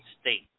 state